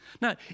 Now